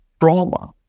trauma